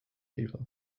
people